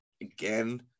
again